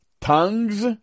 tongues